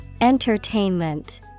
entertainment